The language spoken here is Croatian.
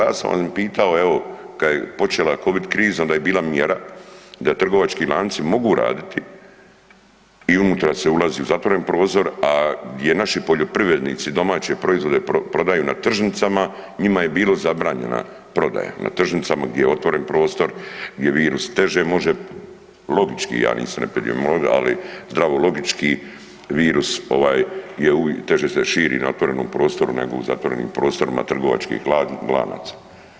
Ja sam pitao evo kad je počela Covid kriza onda je bila mjera da trgovački lanci mogu raditi i unutra se ulazi u zatvoren prozor, a gdje naši poljoprivrednici domaće proizvode prodaju na tržnicama njima je bila zabranjena prodaja, na tržnicama gdje je otvoren prostor gdje virus težem može, logički ja …/nerazumljivo/… ali zdravo logički virus ovaj teže se širi na otvorenom prostoru nego u zatvorenim prostorima trgovačkih lanaca.